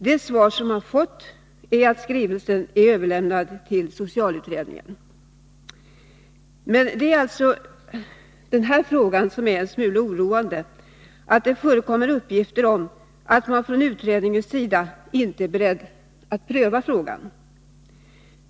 Det svar som man hittills fått är att skrivelsen är överlämnad till socialberedningen. Det som är en smula oroande är att det förekommer uppgifter om att man från utredningens sida inte är beredd att pröva frågan.